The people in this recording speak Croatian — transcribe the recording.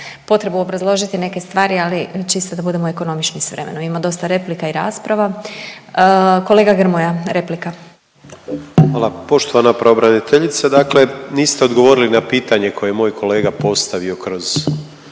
potrebu obrazložiti neke stvari, ali čisto da budemo ekonomični s vremenom. Imamo dosta replika i rasprava. Kolega Grmoja, replika. **Grmoja, Nikola (MOST)** Hvala. Poštovana pravobraniteljice, dakle niste odgovorili na pitanje koje je moj kolega postavio kroz